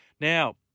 Now